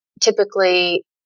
Typically